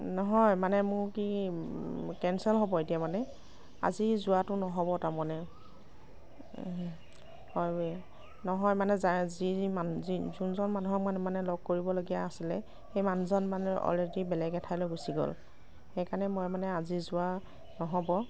নহয় মানে মোৰ কি কেনচেল হ'ব এতিয়া মানে আজি যোৱাতো নহ'ব তাৰমানে নহয় মানে যা যি যোনজন মানুহক মানে মই লগ কৰিবলগীয়া আছিলে সেই মানুহজন মানে অলৰেডি বেলেগ এঠাইলৈ গুছি গ'ল সেইকাৰণে মই মানে আজি যোৱা নহ'ব